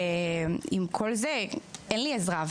עם כל זה, אין לי עזרה.